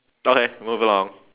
okay move along